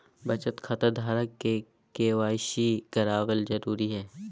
बचत खता धारक के के.वाई.सी कराबल जरुरी हइ